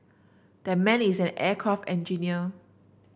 that man is an aircraft engineer